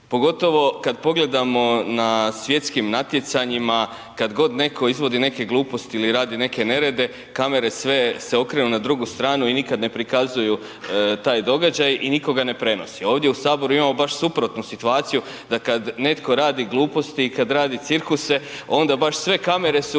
pogotovo kad pogledamo na svjetskim natjecanjima, kad god netko izvodi neke gluposti ili radi neke nerede, kamere sve se okrenu na drugu stranu i nikad ne prikazuju taj događaj i nitko ga ne prenosi. Ovdje u Saboru imamo baš suprotnu situaciju, da kad netko radi gluposti i kad radi cirkuse, onda baš sve kamere su uprte u